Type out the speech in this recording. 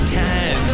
time